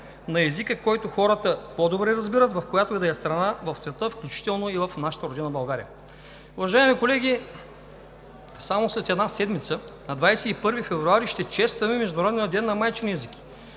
на езика, който хората по-добре разбират, в която и да е страна в света, включително и в нашата родина България. Уважаеми колеги, само след една седмица – на 21 февруари, ще честваме Международния ден на майчиния език,